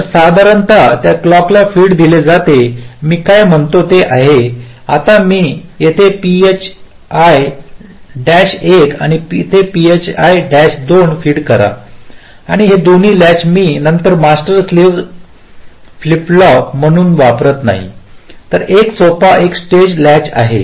तर साधारणत त्याच क्लॉकला फीड दिले जाते मी काय म्हणतो ते आहे की आता मी येथे phi 1 आणि येथे phi 2 फीड करा आणि हे दोन्ही लॅच मी त्यांचा मास्टर स्लेव्ह फ्लिप फ्लॉप म्हणून वापरत नाही तर एक सोपा एक स्टेज लॅच आहे